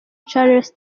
charles